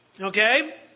Okay